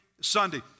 Sunday